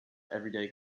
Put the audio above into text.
everyday